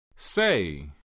Say